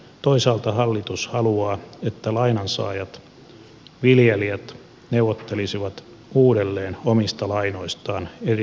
toisaalta hallitus haluaa että lainansaajat viljelijät neuvottelisivat uudelleen omista lainoistaan eri luottolaitosten kanssa